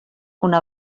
una